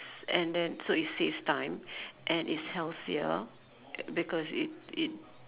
s~ and then so it saves time and it's healthier because it it